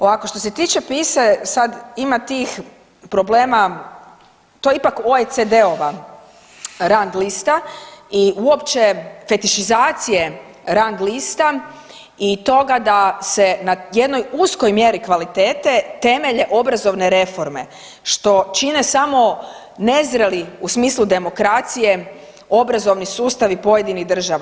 Ovako što se tiče PISA-e sad ima tih problema, to je ipak OECD-ova rang lista i uopće fešitizacije rang lista i toga da se na jednoj uskoj mjeri kvalitete temelje obrazovne reforme, što čine samo nezreli u smislu demokracije obrazovni sustavi pojedinih država.